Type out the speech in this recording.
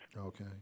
Okay